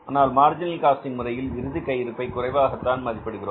ஆனால் marginal costing முறையில் இறுதி கையிருப்பை குறைவாகத்தான் மதிப்பிடுகிறோம்